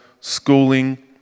schooling